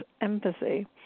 empathy